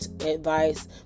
advice